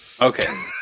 Okay